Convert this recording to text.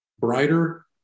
brighter